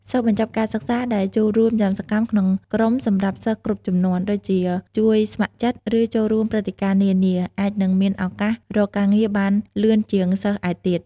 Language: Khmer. សិស្សបញ្ចប់ការសិក្សាដែលចូលរួមយ៉ាងសកម្មក្នុងក្រុមសម្រាប់សិស្សគ្រប់ជំនាន់ ដូចជាជួយស្ម័គ្រចិត្ត ឬចូលរួមព្រឹត្តិការណ៍នានា អាចនឹងមានឱកាសរកការងារបានលឿនជាងសិស្សឯទៀត។